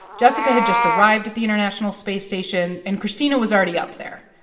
jessica had just arrived at the international space station and christina was already up there.